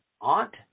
Aunt